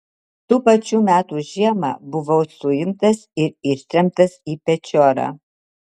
tų pačių metų žiemą buvau suimtas ir ištremtas į pečiorą